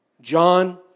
John